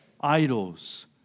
idols